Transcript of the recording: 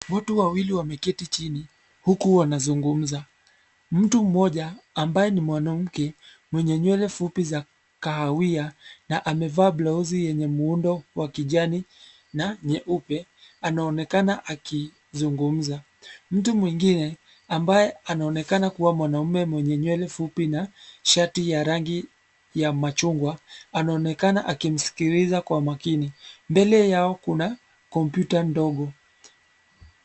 Watu wawili wameketi chini huku wanazungumza. Mtu mmoja, ambaye ni mwanamke mwenye nywele fupi za kahawia na amevaa blauzi yenye muundo wa kijani na nyeupe, anaonekana akizungumza. Mtu mwingine, ambaye anaonekana kuwa mwanaume mwenye nywele fupi na shati ya rangi ya machungwa, anaonekana akimsikiliza kwa makini. Mbele yao kuna kompyuta ndogo.